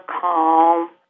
calm